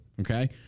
okay